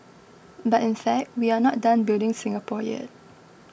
but in fact we are not done building Singapore yet